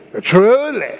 Truly